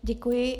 Děkuji.